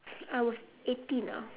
I was eighteen ah